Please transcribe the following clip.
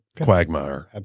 quagmire